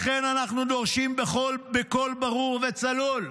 לכן, אנחנו דורשים בקול ברור וצלול: